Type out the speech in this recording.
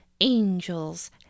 angels